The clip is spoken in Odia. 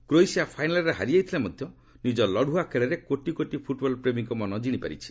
କ୍ରୋଏସିଆ ଫାଇନାଲ୍ରେ ହାରିଥିଲେ ମଧ୍ୟ ନିକ ଲଢୁଆ ଖେଳରେ କୋଟି କୋଟି ଫୁଲ୍ବଲ୍ ପ୍ରେମୀଙ୍କ ମନ କିଶି ପାରିଛି